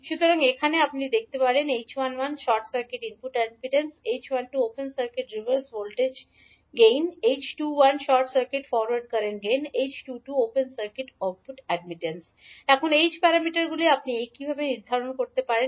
সুতরাং এখন আপনি এটি বলতে পারেন 𝐡11 Short circuit input impedance 𝐡12 Open circuit reverse voltage gain 𝐡21 Short circuit forward current gain 𝐡22 Open circuit output admittance এখন h প্যারামিটারগুলি আপনি একইভাবে নির্ধারণ করতে পারবেন